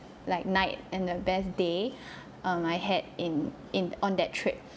like night and the best day um I had in in on that trip